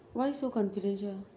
why so confidential